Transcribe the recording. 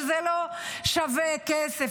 שהמערכות האלה לא שוות כסף,